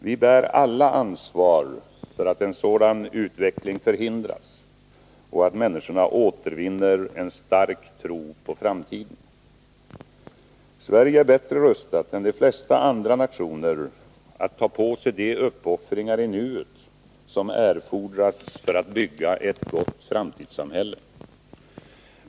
Vi bär alla ansvar för att en sådan utveckling förhindras och att människorna återvinner en stark tro på framtiden. Sverige är bättre rustat än de flesta andra nationer att ta på sig de uppoffringar i nuet som erfordras för att bygga ett gott framtidssamhälle.